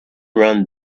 ran